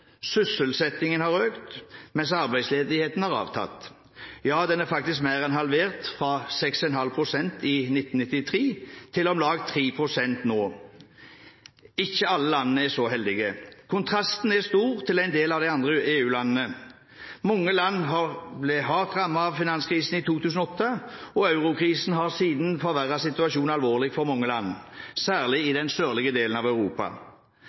Sysselsettingen har økt, mens arbeidsledigheten har avtatt – ja, den er faktisk mer enn halvert, fra 6,5 pst. i 1993 til om lag 3 pst. nå. Ikke alle land er så heldige. Kontrasten er stor til en del av EU-landene. Mange land ble hardt rammet av finanskrisen i 2008, og eurokrisen har siden forverret situasjonen alvorlig for mange land, særlig i den sørlige delen av Europa.